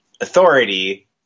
authority